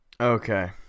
Okay